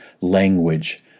language